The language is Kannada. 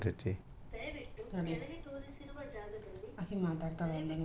ರಾಗಿ ಬೆಳೆ ಬೆಳೆಯಲು ಯಾವ ಋತು ಛಲೋ ಐತ್ರಿ?